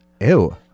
Ew